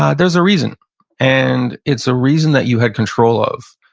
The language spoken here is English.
ah there's a reason and it's a reason that you had control of.